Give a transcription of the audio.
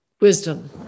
wisdom